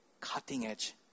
cutting-edge